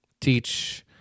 teach